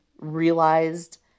realized